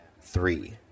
Three